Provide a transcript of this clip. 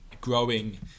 growing